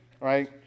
right